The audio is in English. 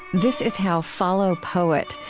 this is how follow, poet,